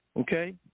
okay